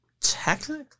Technically